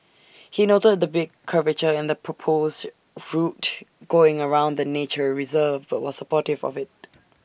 he noted the big curvature in the proposed route going around the nature reserve but was supportive of IT